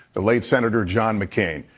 the late senator john mccain.